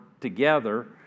together